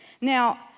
Now